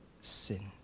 sin